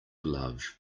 love